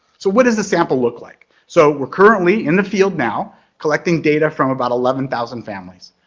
so what does the sample look like? so we're currently in the field now collecting data from about eleven thousand families.